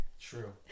True